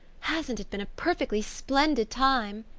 hasn't it been a perfectly splendid time?